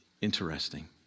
interesting